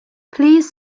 please